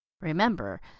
Remember